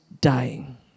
dying